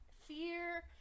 fear